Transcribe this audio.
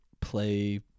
play